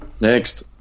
Next